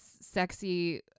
sexy